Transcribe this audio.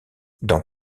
dans